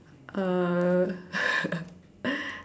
uh